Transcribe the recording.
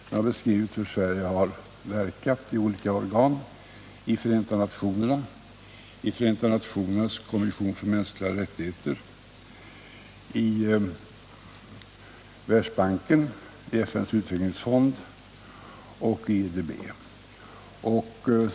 Det har beskrivit hur Sverige har verkat i olika organ: Förenta nationerna, Förenta nationernas kommission för mänskliga rättigheter, Världsbanken, FN:s utvecklingsfond och IDB.